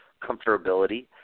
comfortability